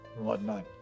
whatnot